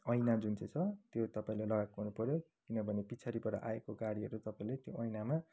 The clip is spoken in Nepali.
ऐना जुन चाहिँ छ त्यो तपाईँले लगाएको हुनुपर्यो किनभने पछाडिबाट आएको गाडीहरू तपाईँले ऐनामा